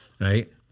right